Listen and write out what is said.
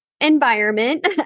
environment